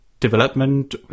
development